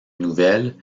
nouvelles